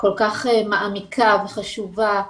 כל כך מעמיקה וחשובה.